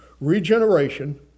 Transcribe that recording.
Regeneration